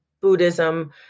Buddhism